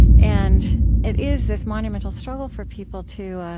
and it is this monumental struggle for people to